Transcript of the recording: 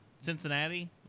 Cincinnati